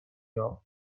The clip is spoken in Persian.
یافت